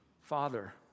Father